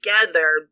together